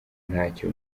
ntacyo